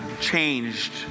changed